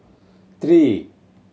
three